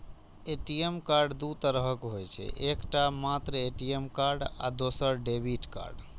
ATM card दू तरहक होइ छै, एकटा मात्र ए.टी.एम कार्ड आ दोसर डेबिट कार्ड